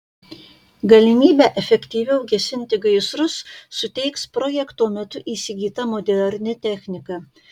galimybę efektyviau gesinti gaisrus suteiks projekto metu įsigyta moderni technika